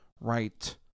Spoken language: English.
right